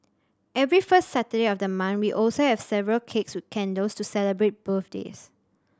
every first Saturday of the month we also have several cakes with candles to celebrate birthdays